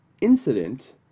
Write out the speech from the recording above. incident